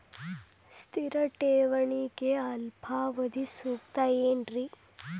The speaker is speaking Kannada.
ಸ್ಥಿರ ಠೇವಣಿಗೆ ಅಲ್ಪಾವಧಿ ಸೂಕ್ತ ಏನ್ರಿ?